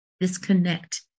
Disconnect